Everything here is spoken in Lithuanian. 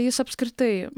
jis apskritai